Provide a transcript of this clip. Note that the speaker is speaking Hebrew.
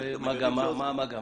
מה המגמה?